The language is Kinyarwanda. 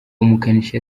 umukanishi